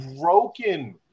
broken